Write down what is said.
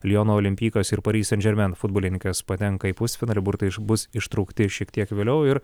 liono olimpykas ir paris sen džermen futbolininkas patenka į pusfinalį burtai bus ištraukti šiek tiek vėliau ir